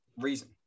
reason